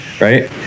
right